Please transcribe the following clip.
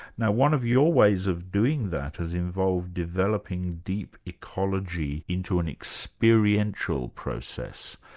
now one of your ways of doing that has involved developing deep ecology into an experiential process.